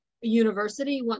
university